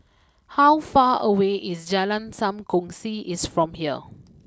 how far away is Jalan Sam Kongsi is from here